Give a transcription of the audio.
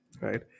right